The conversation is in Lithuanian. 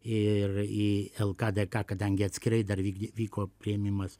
ir į lk dk kadangi atskirai dar vykdė vyko priėmimas